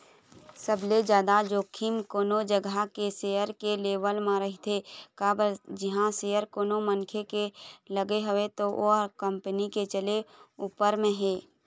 सबले जादा जोखिम कोनो जघा के सेयर के लेवब म रहिथे काबर जिहाँ सेयर कोनो मनखे के लगे हवय त ओ कंपनी के चले ऊपर म हे